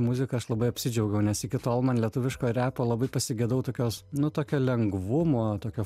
muziką aš labai apsidžiaugiau nes iki tol man lietuviško repo labai pasigedau tokios nu tokio lengvumo tokio